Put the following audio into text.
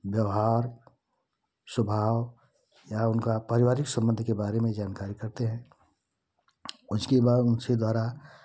व्यवहार स्वभाव या उनका पारिवारिक संबंध के बारे में जानकारी करते हैं उसके बाद उनसे द्वारा